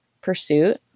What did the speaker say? pursuit